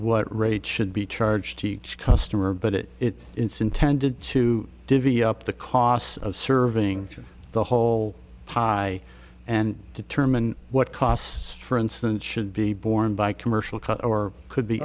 what rate should be charged each customer but it it it's intended to divvy up the costs of serving the whole high and determine what costs for instance should be borne by commercial cut or could be